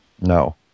no